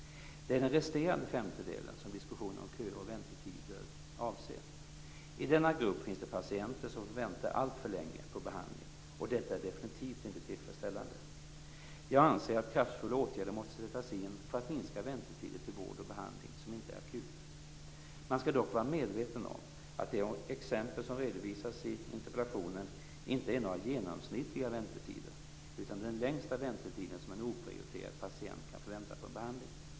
Det är den resterande femtedelen som diskussionen om köer och väntetider avser. I denna grupp finns det patienter som får vänta alltför länge på behandling, och detta är definitivt inte tillfredsställande. Jag anser att kraftfulla åtgärder måste sättas in för att minska väntetider till vård och behandling som inte är akut. Man skall dock vara medveten om att de exempel som redovisas i interpellationen inte är några genomsnittliga väntetider, utan den längsta väntetiden som en oprioriterad patient kan få vänta på en behandling.